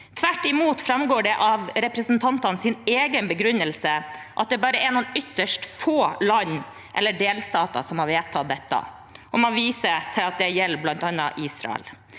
Tvert imot framgår det av representantenes egen begrunnelse at det bare er noen ytterst få land eller delstater som har vedtatt dette, og man viser til at det bl.a. gjelder Israel.